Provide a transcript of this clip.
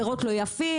פירות לא יפים,